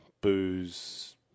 booze